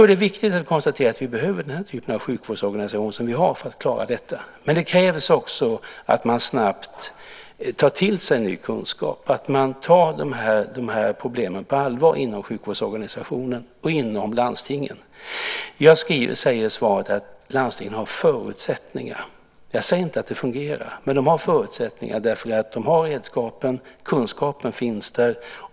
Det är viktigt att konstatera att vi behöver den typen av sjukvårdsorganisation vi har för att klara detta, men det krävs också att man snabbt tar till sig ny kunskap, att man tar problemen på allvar inom sjukvårdsorganisationen och inom landstingen. Jag sade i svaret att landstingen har förutsättningar - jag sade inte att det fungerar - därför att de har redskapen och kunskapen finns där.